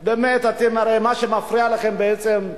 באמת, הרי מה שמפריע לכם בעצם,